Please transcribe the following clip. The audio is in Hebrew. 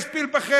יש פיל בחדר.